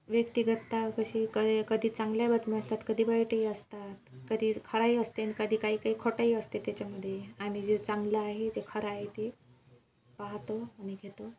व्यक्तिगत काय कशी कधी चांगल्या बातम्या असतात कधी वाईटही असतात कधी हळाई असते कधी काही काही खोट्याही असते त्याच्यामध्ये आम्ही जे चांगलं आहे ते खरं आहे ते पाहतो आणि घेतो